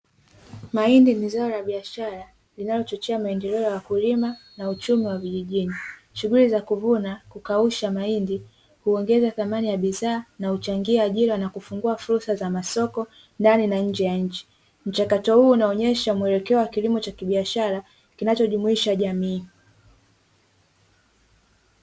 Mahindi ni zao la biashara linalochochea maendeleo ya wakulima na uchumi wa vijijini. Shughuli za kuvuna, kukausha mahindi; huongeza thamani ya bidhaa na huchangia ajira na kufungua fursa za masoko ndani na nje ya nchi. Mchakato huu unaonyesha mwelekeo wa kilimo cha kibiashara; kinachojumuisha jamii.